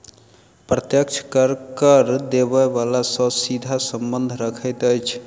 प्रत्यक्ष कर, कर देबय बला सॅ सीधा संबंध रखैत अछि